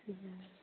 हँ